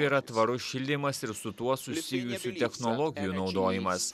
yra tvarus šildymas ir su tuo susijusių technologijų naudojimas